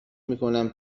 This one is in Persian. میکنم